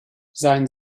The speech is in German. sein